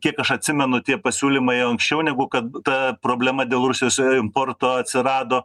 kiek aš atsimenu tie pasiūlymai anksčiau nebuvo kad ta problema dėl rusijos importo atsirado